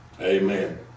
amen